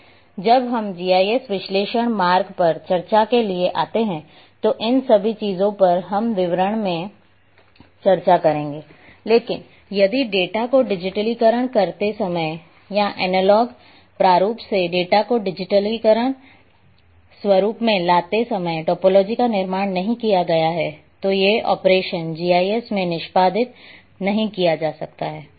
जब हम जीआईएस विश्लेषण भाग पर चर्चा के लिए आते हैं तो इन सभी चीजों पर हम विवरणों में चर्चा करेंगे लेकिन यदि डेटा का डिजिटलीकरण करते समय या एनालॉग प्रारूप से डेटा को डिजिटल स्वरूप में लाते समय टोपोलॉजी का निर्माण नहीं किया गया है तो ये ऑपरेशन जीआईएस में निष्पादित नहीं किए जा सकते हैं